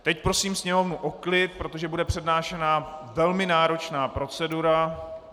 Teď prosím sněmovnu o klid, protože bude přednášena velmi náročná procedura.